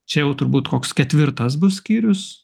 čia jau turbūt koks ketvirtas bus skyrius